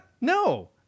No